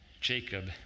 Jacob